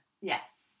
yes